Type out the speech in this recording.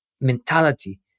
mentality